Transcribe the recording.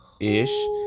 ish